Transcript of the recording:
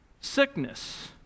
Sickness